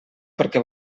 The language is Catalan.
perquè